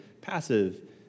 passive